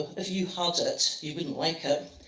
if you had it, you wouldn't like ah it.